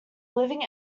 living